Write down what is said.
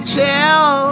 tell